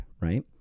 right